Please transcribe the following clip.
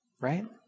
right